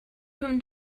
from